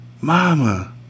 mama